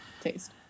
taste